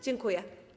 Dziękuję.